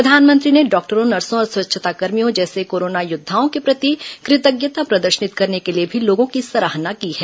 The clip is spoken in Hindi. प्रधानमंत्री ने डॉक्टरों नर्सो और स्वच्छताकर्भियों जैसे कोरोना योद्वाओं के प्रति कृतज्ञता प्रदर्शित करने के लिए लोगों की सराहना की है